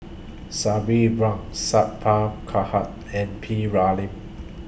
Sabri Buang Sat Pal Khattar and P Ramlee